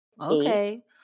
okay